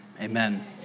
amen